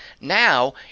Now